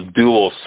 dual